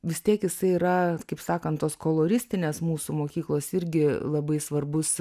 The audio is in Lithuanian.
vis tiek jisai yra kaip sakant tos koloristinės mūsų mokyklos irgi labai svarbus